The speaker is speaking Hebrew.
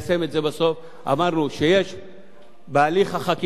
בהליך החקיקה בכנסת הצעת חוק של עתניאל שנלר,